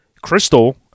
Crystal